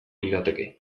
lirateke